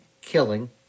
killing